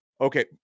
Okay